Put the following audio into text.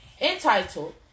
entitled